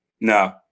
No